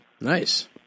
Nice